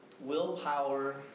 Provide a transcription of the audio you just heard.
willpower